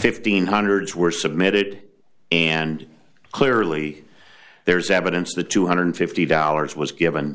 fifteen hundreds were submitted and clearly there's evidence the two hundred and fifty dollars was given